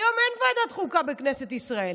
היום אין ועדת חוקה בכנסת ישראל,